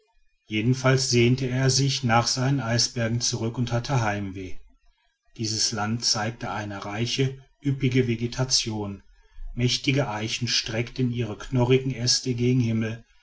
jedenfalls sehnte er sich nach seinen eisbergen zurück und hatte heimweh dieses land zeigte eine reiche üppige vegetation mächtige eichen streckten ihre knorrigen äste gen himmel